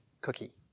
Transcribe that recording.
cookie